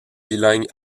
bilingue